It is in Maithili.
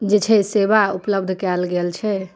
जे छै सेवा उपलब्ध कयल गेल छै